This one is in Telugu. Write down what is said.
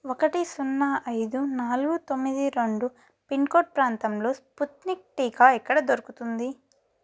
ఒకటి సున్నా ఐదు నాలుగు తొమ్మిది రెండు పిన్కోడ్ ప్రాంతంలో స్పుత్నిక్ టీకా ఎక్కడ దొరుకుతుంది